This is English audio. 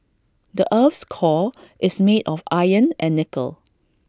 the Earth's core is made of iron and nickel